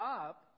up